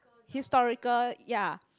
historical ya